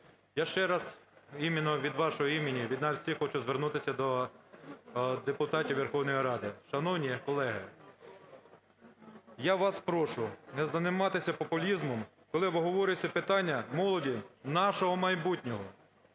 імені, від нас всіх хочу звернутися до депутатів Верховної Ради. Шановні колеги, я вас прошу не займатися популізмом, коли обговорюється питання молоді, нашого майбутнього.